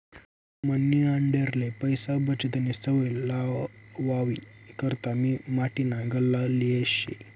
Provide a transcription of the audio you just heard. मनी आंडेरले पैसा बचतनी सवय लावावी करता मी माटीना गल्ला लेयेल शे